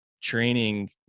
training